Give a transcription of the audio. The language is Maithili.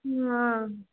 हाँ